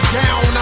down